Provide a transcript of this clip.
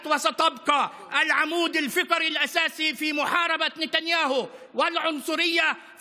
ותישאר עמוד השדרה הראשי במלחמה נגד נתניהו והגזענות.